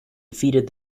defeated